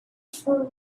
for